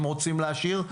אם רוצים להשאיר,